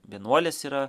vienuolės yra